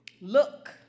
Look